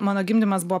mano gimdymas buvo